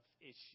issues